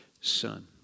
son